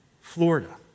Florida